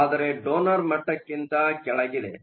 ಆದರೆ ಡೊನರ್ ಮಟ್ಟಕ್ಕಿಂತ ಕೆಳಗಿದೆ